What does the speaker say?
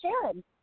Sharon